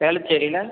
வேளச்சேரியில்